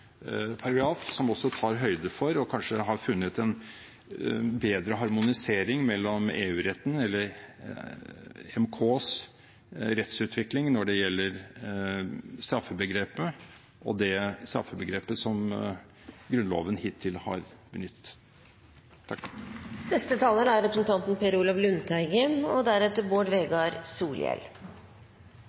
paragraf, som også tar høyde for og kanskje har funnet en bedre harmonisering mellom EU-retten – eller EMKs rettsutvikling – når det gjelder straffebegrepet, og det straffebegrepet som Grunnloven hittil har benyttet. Bakgrunnen for denne saken er